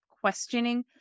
questioning